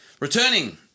Returning